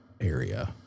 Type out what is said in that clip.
area